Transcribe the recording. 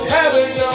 Heaven